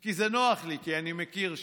כי זה נוח לי, כי אני מכיר שם.